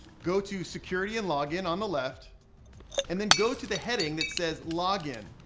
go to security and login on the left and then go to the heading that says login.